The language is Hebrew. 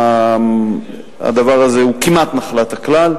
שבו הדבר הזה הוא כמעט נחלת הכלל,